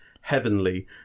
Heavenly